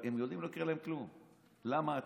הם יודעים שלא יקרה להם כלום כי אתה